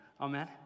Amen